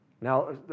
Now